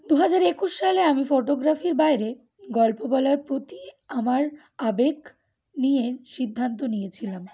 দু হাজার একুশ সালে আমি ফটোগ্রাফির বাইরে গল্প বলার প্রতি আমার আবেগ নিয়ে সিদ্ধান্ত নিয়েছিলাম